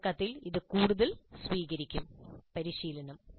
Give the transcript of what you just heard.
തുടക്കത്തിൽ ഇത് കൂടുതൽ സ്വീകരിക്കും പരിശീലനം